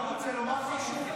אתה רוצה לומר משהו,